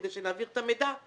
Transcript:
כדי שנעביר את המידע,